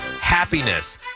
happiness